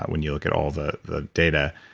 when you look at all the the data.